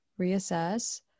reassess